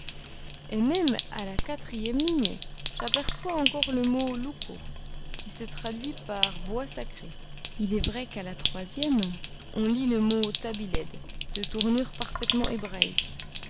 et même à la quatrième ligne j'aperçois encore le mot luco qui se traduit par bois sacré il est vrai qu'à la troisième on lit le mot tabiled de tournure parfaitement hébraïque